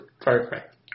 Perfect